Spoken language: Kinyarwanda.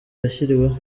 yashyiriweho